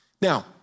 Now